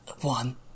one